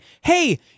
hey